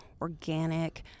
organic